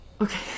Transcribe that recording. okay